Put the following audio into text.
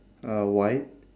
uh white